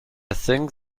think